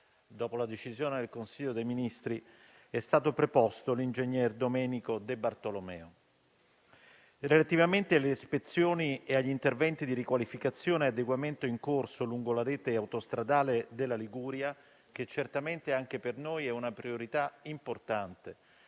dopo la decisione del Consiglio dei ministri, è stato preposto l'ingegnere Domenico De Bartolomeo. Relativamente alle ispezioni e agli interventi di riqualificazione e adeguamento in corso lungo la rete autostradale della Liguria, che certamente anche per noi è una priorità importante